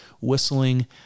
whistling